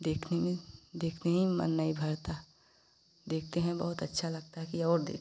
देखने में देखने में मन नहीं भरता देखते हैं बहुत अच्छा लगता कि और देखें